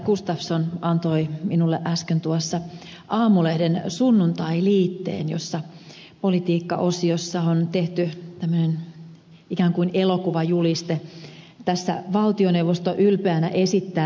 gustafsson antoi minulle äsken tuossa aamulehden sunnuntailiitteen jossa politiikkaosiossa on tehty tämmöinen ikään kuin elokuvajuliste valtioneuvosto ylpeänä esittää